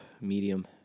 medium